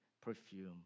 perfume